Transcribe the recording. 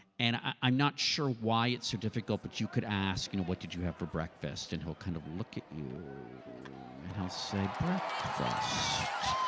and i'm not sure why it's so difficult but you could ask you know what did you have for breakfast and he'll kind of look at you and he'll say, breakfast,